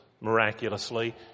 miraculously